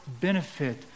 benefit